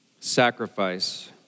sacrifice